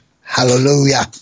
Hallelujah